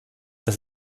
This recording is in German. das